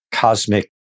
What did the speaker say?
cosmic